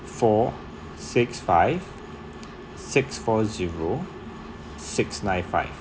four six five six four zero six nine five